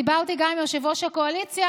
דיברתי גם עם יושב-ראש הקואליציה,